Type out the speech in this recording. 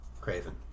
Craven